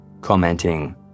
commenting